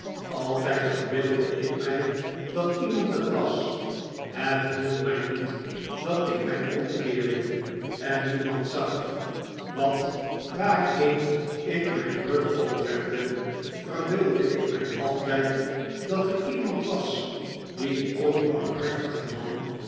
altijd verbeeldde ik mij dat iemand het las het hielp mij niet dat ik mij omkeerde en niemand zag want waarheen ik mijn rug ook wendde verbeeldde ik mij altijd dat er iemand was die onbarmhartige man